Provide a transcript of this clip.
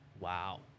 Wow